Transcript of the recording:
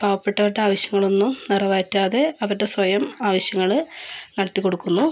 പാവപ്പെട്ടവരുടെ ആവശ്യങ്ങളൊന്നും നിറവേറ്റാതെ അവരുടെ സ്വയം ആവശ്യങ്ങള് നടത്തി കൊടുക്കുന്നു